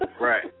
Right